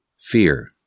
Fear